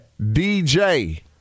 DJ